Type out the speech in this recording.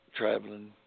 traveling